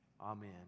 Amen